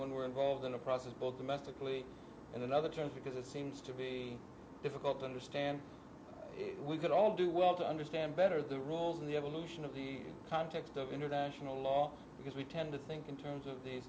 when we're involved in a process both domestically in another term because it seems to be difficult to understand if we could all do well to understand better the rules of the evolution of the context of international law because we tend to think in terms of the